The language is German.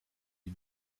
die